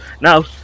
now